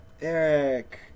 Eric